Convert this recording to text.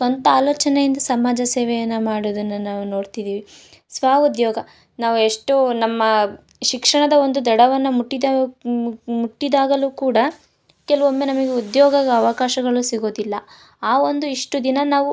ಸ್ವಂತ ಆಲೋಚನೆಯಿಂದ ಸಮಾಜ ಸೇವೆಯನ್ನು ಮಾಡೋದನ್ನ ನಾವು ನೋಡ್ತಿದೀವಿ ಸ್ವಉದ್ಯೋಗ ನಾವು ಎಷ್ಟೋ ನಮ್ಮ ಶಿಕ್ಷಣದ ಒಂದು ದಡವನ್ನು ಮುಟ್ಟಿದ ಮುಟ್ಟಿದಾಗಲು ಕೂಡ ಕೆಲವೊಮ್ಮೆ ನಮಗೆ ಉದ್ಯೋಗ ಅವಕಾಶಗಳು ಸಿಗುವುದಿಲ್ಲ ಆ ಒಂದು ಇಷ್ಟು ದಿನ ನಾವು